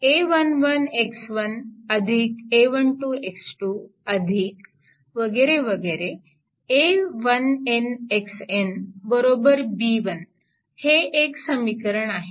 हे एक समीकरण आहे